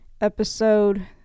episode